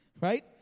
Right